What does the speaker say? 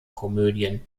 komödien